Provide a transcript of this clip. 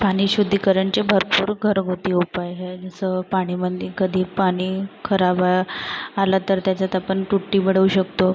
पाणी शुद्धीकरणाचे भरपूर घरगुती उपाय आहे जसं पाण्यामध्ये कधी पाणी खराब आलं तर त्याच्यात आपण टुट्टी बुडवू शकतो